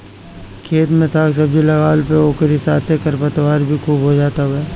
खेत में साग सब्जी लगवला पे ओकरी साथे खरपतवार भी खूब हो जात हवे